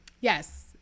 Yes